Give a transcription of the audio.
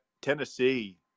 Tennessee